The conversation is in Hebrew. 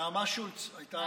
נעמה שולץ הייתה